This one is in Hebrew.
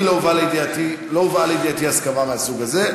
אני לא מכיר, לא הובאה לידיעתי הסכמה מהסוג הזה,